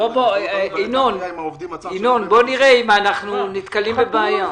בוא נראה אם אנחנו נתקלים בבעיה.